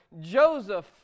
Joseph